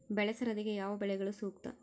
ಬೆಳೆ ಸರದಿಗೆ ಯಾವ ಬೆಳೆಗಳು ಸೂಕ್ತ?